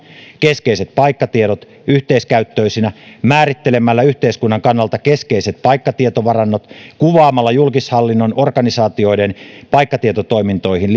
keskeiset paikkatiedot yhteiskäyttöisinä määrittelemällä yhteiskunnan kannalta keskeiset paikkatietovarannot kuvaamalla julkishallinnon organisaatioiden paikkatietotoimintoihin